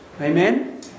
Amen